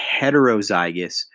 heterozygous